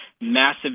massive